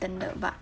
standard but